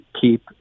keep